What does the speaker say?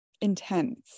intense